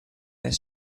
their